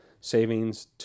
savings